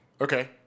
Okay